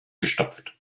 gestopft